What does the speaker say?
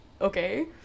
Okay